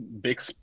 big